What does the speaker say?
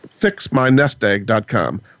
FixMyNestEgg.com